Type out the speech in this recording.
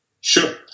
Sure